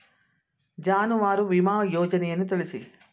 ಜಾನುವಾರು ವಿಮಾ ಯೋಜನೆಯನ್ನು ತಿಳಿಸಿ?